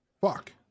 fuck